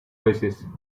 oasis